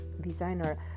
designer